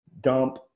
dump